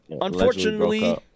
unfortunately